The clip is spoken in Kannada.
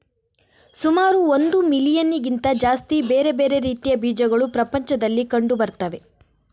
ಸುಮಾರು ಒಂದು ಮಿಲಿಯನ್ನಿಗಿಂತ ಜಾಸ್ತಿ ಬೇರೆ ಬೇರೆ ರೀತಿಯ ಬೀಜಗಳು ಪ್ರಪಂಚದಲ್ಲಿ ಕಂಡು ಬರ್ತವೆ